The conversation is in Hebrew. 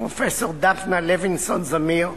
פרופסור דפנה לוינסון-זמיר,